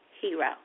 hero